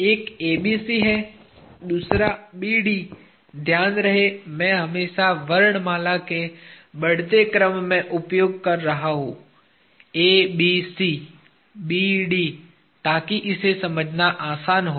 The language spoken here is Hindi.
एक ABC है दूसरा BD ध्यान रहे मैं हमेशा वर्णमाला के बढ़ते क्रम में उपयोग कर रहा हूं ABC BD ताकि इसे समझना आसान हो